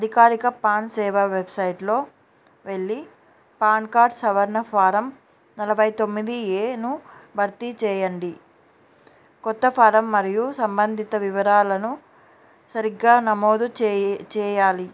అధికారిక పాన్ సేవ వెబ్సైట్లో వెళ్లి పాన్ కార్డ్ సవరణ ఫారం నలభై తొమ్మిది ఏను భర్తీ చేయండి కొత్త ఫారం మరియు సంబంధిత వివరాలను సరిగ్గా నమోదు చేయాలి